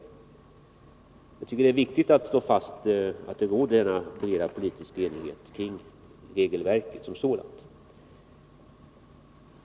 Det är viktigt att slå fast att det råder politisk enighet om regelverket som sådant.